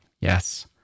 Yes